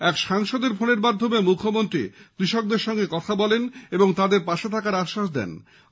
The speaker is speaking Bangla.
এক সাংসদের ফোনের মাধ্যমে মুখ্যমন্ত্রী কৃষকদের সঙ্গে কথা বলেন এবং তাঁদের পাশে থাকার আশ্বাস দেন